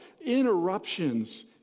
interruptions